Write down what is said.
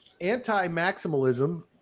anti-maximalism